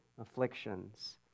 afflictions